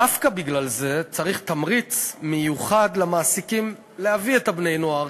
דווקא בגלל זה צריך תמריץ מיוחד למעסיקים להביא את בני-הנוער.